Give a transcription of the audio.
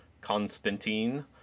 Constantine